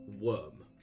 worm